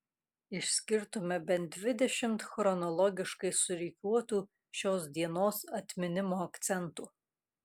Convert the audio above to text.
išskirtume bent dvidešimt chronologiškai surikiuotų šios dienos atminimo akcentų